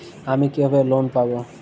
আমি কিভাবে লোন পাব?